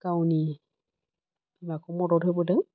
गावनि बिमाखौ मदद होबोदों